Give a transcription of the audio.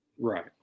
Right